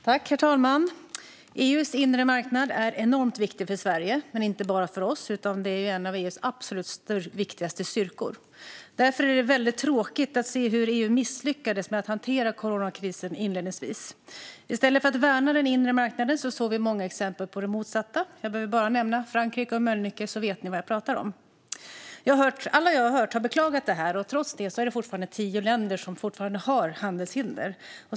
Herr talman! EU:s inre marknad är enormt viktig för Sverige, men inte bara för oss - den är ju en av EU:s absolut viktigaste styrkor. Därför är det väldigt tråkigt att se hur EU misslyckades med att hantera coronakrisen inledningsvis. I stället för att värna den inre marknaden såg vi många exempel på det motsatta; jag behöver bara nämna Frankrike och Mölnlycke, så vet ni vad jag pratar om. Alla jag har hört har beklagat detta, och trots det är det tio länder som fortfarande har handelshinder.